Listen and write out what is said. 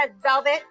Velvet